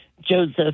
Joseph